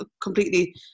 completely